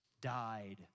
died